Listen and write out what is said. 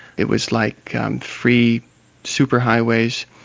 it was like free super highways.